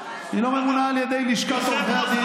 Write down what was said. היא לא ממונה על ידי לשכת עורכי הדין.